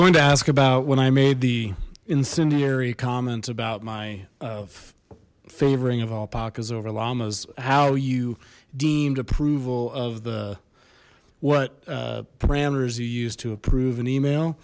going to ask about when i made the incendiary comments about my of favoring of all parkas over llamas how you deemed approval of the what parameters you used to approve an email